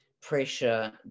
pressure